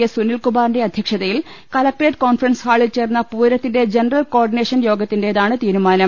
S സുനിൽകുമാറിന്റെ അധ്യക്ഷതയിൽ collectorate conference ഹാളിൽ ചേർന്ന പൂരത്തിന്റെ ജനറൽ കോ ഓഡ്ചിനേഷൻ യോഗത്തിന്റേതാണ് തീരുമാനം